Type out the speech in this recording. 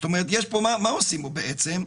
זאת אומרת מה עושים פה בעצם?